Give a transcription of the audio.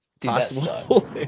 possible